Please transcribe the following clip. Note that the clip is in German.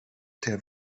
der